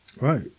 Right